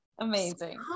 amazing